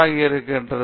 பிரதாப் ஹரிதாஸ் சரி